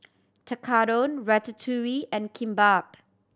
Tekkadon Ratatouille and Kimbap